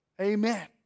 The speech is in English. Amen